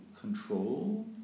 control